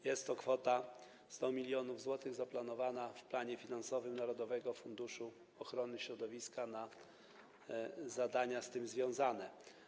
Jest to kwota 100 mln zł zaplanowana w planie finansowym narodowego funduszu ochrony środowiska na zadania z tym związane.